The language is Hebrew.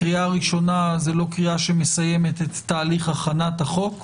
קריאה ראשונה זו לא קריאה שמסיימת את תהליך הכנת החוק;